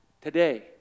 today